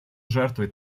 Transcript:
жертвой